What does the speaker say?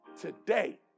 today